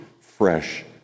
fresh